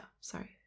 Sorry